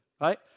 right